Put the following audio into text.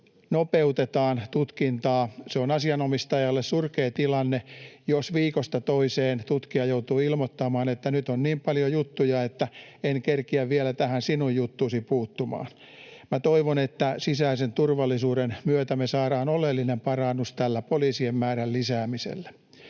nopeutetaan tutkintaa. On asianomistajalle surkea tilanne, jos viikosta toiseen tutkija joutuu ilmoittamaan, että ”nyt on niin paljon juttuja, että en kerkiä vielä tähän sinun juttuusi puuttumaan”. Minä toivon, että sisäisen turvallisuuden myötä me saadaan oleellinen parannus tällä poliisien määrän lisäämisellä.